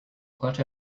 clutch